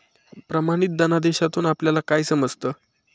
प्रमाणित धनादेशातून आपल्याला काय समजतं?